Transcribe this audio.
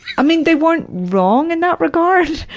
i mean they weren't wrong in that regard.